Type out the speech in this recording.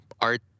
art